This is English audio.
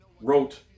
wrote